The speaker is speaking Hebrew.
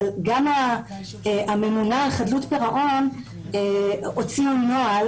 אבל גם הממונה על חדלות פירעון הוציאו נוהל